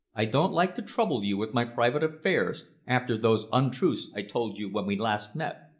i don't like to trouble you with my private affairs after those untruths i told you when we last met.